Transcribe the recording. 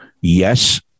Yes